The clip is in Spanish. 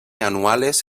anuales